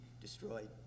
destroyed